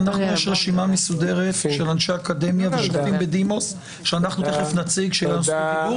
הרי בית המשפט העליון וחברי האופוזיציה מאוד מחמיאים לבית המשפט העליון.